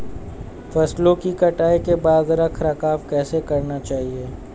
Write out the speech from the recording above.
फसलों की कटाई के बाद रख रखाव कैसे करना चाहिये?